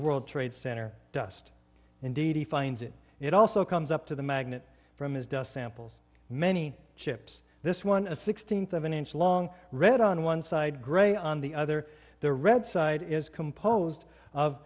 world trade center dust indeedy finds it it also comes up to the magnet from his dust samples many ships this one a sixteenth of an inch long red on one side gray on the other the red side is composed of